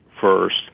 first